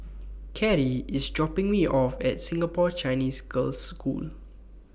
Carie IS dropping Me off At Singapore Chinese Girls' School